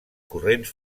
corrents